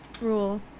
rule